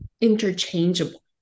interchangeable